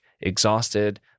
exhausted